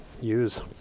Use